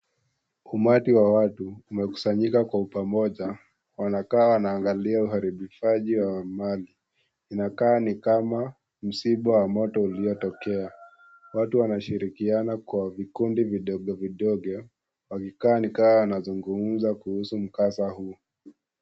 Umati wa watu, umekusanyika kwa pamoja, wanakaa wanaangalia uharibikaji wa mali. Inakaa ni kama msiba wa moto uliotokea. Watu wanashirikiana kwa vikundi vidogo vidogo, wakikaa ni kama wanazungumza kuhusu mkasa huu.